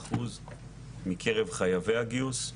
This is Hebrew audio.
69% מקרב חייבי הגיוס,